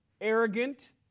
arrogant